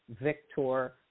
victor